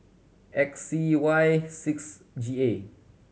X C Y six G A